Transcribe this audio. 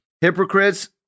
hypocrites